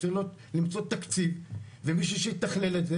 צריך למצוא תקציב ומישהו שיתכלל את זה